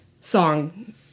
song